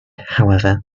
however